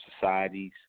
societies